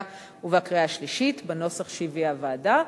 ובקריאה השלישית בנוסח שהביאה הוועדה.